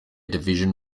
division